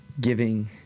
giving